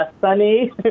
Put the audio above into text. sunny